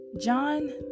John